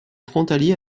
frontalier